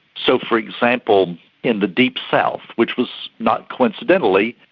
so for example in the deep south, which was, not coincidentally,